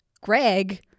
Greg